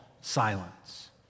silence